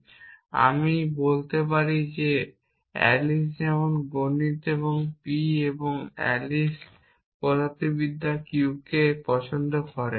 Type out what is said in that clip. এবং আমি বলতে পারি যে অ্যালিস যেমন গণিত p এবং অ্যালিস পদার্থবিদ্যা q কে পছন্দ করে